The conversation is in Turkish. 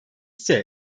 ise